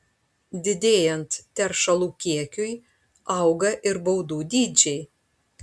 didėjant teršalų kiekiui auga ir baudų dydžiai